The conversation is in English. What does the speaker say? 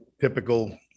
typical